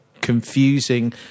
confusing